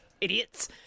idiots